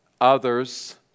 others